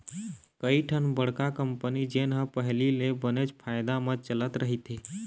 कइठन बड़का कंपनी जेन ह पहिली ले बनेच फायदा म चलत रहिथे